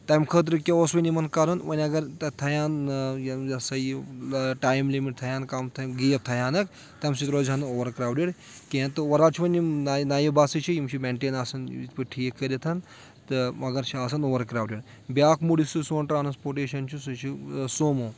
تَمہِ خٲطرٕ کیاہ اوس وۄنۍ یِمَن کَرُن وۄنۍ اگر تَتھ تہیان ہسا یہِ ٹایم لِمِٹ تھاون کَم گیپ تھوہانکھ تَمہِ سۭتۍ روزِ ہَن نہٕ اُوَر کرٛاوڈٕڑ کینٛہہ تہٕ اُور آل چھِ وۄنۍ یِم نایہِ بَسہٕ چھِ یِم چھِ مینٹین آسان یِتھ پٲٹھۍ ٹھیٖک کٔرِتھ تہٕ مگر چھِ آسان اُوَر کرٛاوڈِڈ بیاکھ موڈ یُس یہِ سون ٹرانسپوٹیشن چھُ سُہ چھُ سومو